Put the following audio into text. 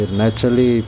naturally